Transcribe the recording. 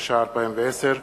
התש"ע 2010,